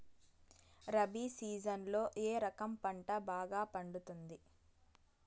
రబి సీజన్లలో ఏ రకం పంట బాగా పండుతుంది